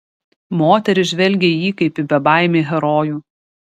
moterys žvelgė į jį kaip į bebaimį herojų